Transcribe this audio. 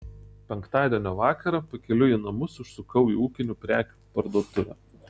penktadienio vakarą pakeliui į namus užsukau į ūkinių prekių parduotuvę